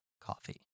coffee